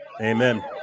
Amen